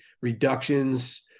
reductions